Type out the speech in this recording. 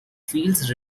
fields